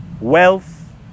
wealth